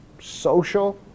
social